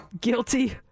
guilty